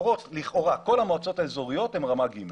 לכאורה כל המועצות האזוריות הן רמה ג',